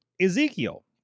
Ezekiel